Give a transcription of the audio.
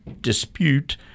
dispute –